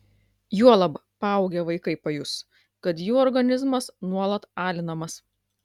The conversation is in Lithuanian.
juolab paaugę vaikai pajus kad jų organizmas nuolat alinamas